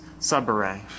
subarray